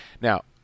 Now